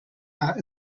are